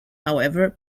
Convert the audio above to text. however